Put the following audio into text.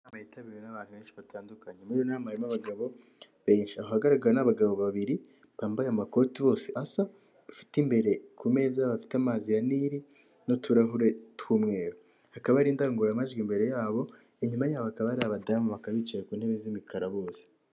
Inama yitabiriwe n'abantu benshi batandukanye, muri iyo nama harimo abagabo benshi, ahagaragara ni abagabo babiri bambaye amakoti bose asa, bafite imbere ku meza bafite amazi ya nili n'utuhure tw'umweru, hakaba hari indangurumajwi imbere yabo, inyuma yabo hakaba hari abadamu, bakaba bicaye ku ntebe z'imikara bose.